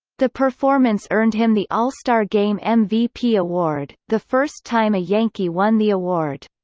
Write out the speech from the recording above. the performance earned him the all-star game mvp award, the first time a yankee won the award.